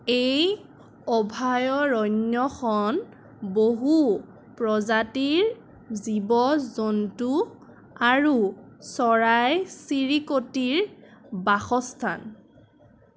এই অভয়াৰণ্যখন বহু প্ৰজাতিৰ জীৱ জন্তু আৰু চৰাই চিৰিকটিৰ বাসস্থান